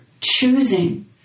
choosing